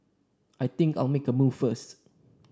I think I'll make a move first